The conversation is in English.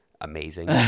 amazing